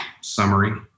summary